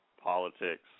politics